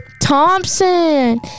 Thompson